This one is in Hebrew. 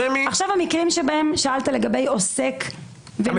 לגבי המקרים שבהם שאלת על עוסק ומחיר שהמדינה גובה.